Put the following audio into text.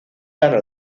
gana